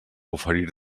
oferir